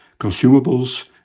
consumables